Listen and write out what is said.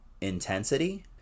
intensity